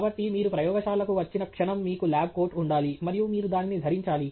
కాబట్టి మీరు ప్రయోగశాల కు వచ్చిన క్షణం మీకు ల్యాబ్ కోట్ ఉండాలి మరియు మీరు దానిని ధరించాలి